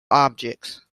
objects